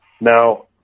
Now